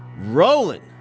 Rolling